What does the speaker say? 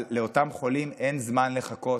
אבל לאותם חולים אין זמן לחכות.